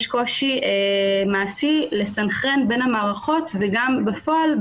יש קושי מעשי לסנכרן בין המערכות וגם בפועל,